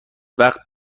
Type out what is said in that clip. وقت